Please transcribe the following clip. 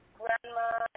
grandma